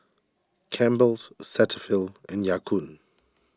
Campbell's Cetaphil and Ya Kun